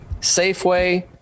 safeway